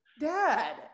Dad